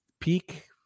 peak